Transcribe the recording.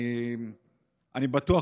אני בטוח,